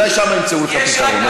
אולי שם ימצאו לך פתרון.